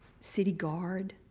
city guard,